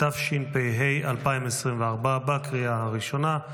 התשפ"ה 2024, לקריאה הראשונה.